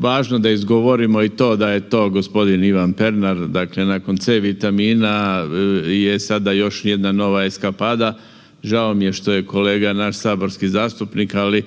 važno da izgovorimo da je to gospodin Ivan Pernar dakle nakon C vitamina je sada još jedna nova eskapada, žao nam je što je kolega naš saborski zastupnik, ali